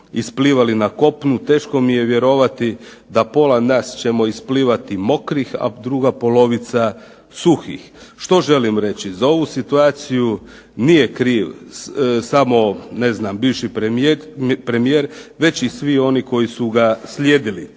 isplivali na kopnu, teško mi je vjerovati da pola nas ćemo isplivati mokrih a druga polovica suhih. Što želim reći? Za ovu situaciju nije kriv samo bivši premijer već i svi oni koji su ga slijedili